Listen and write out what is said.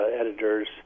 editors